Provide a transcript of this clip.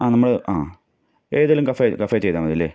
ആ നമ്മൾ ആ ഏതെങ്കിലും കഫെ കഫേയിൽ ചെയ്താൽ മതിയല്ലെ